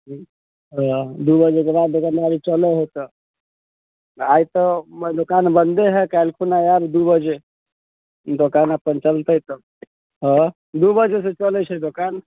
हँ दू बजेके बाद दोकनदारी चलै है तऽ आइ तऽ दोकान बन्दे हय काल्हि खुना आयब दू बजे दोकान अपन चलतै तब हँ दू बजेसँ चलै छै दोकान